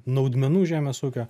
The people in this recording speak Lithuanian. naudmenų žemės ūkio